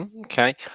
Okay